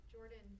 Jordan